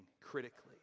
critically